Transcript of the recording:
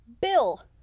bill